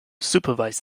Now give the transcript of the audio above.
supervise